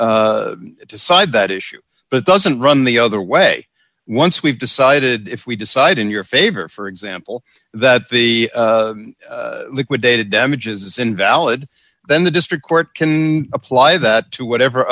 decide that issue but doesn't run the other way once we've decided if we decide in your favor for example that the liquidated damages is invalid then the district court can apply that to whatever